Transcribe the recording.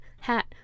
hat